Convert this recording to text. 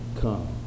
come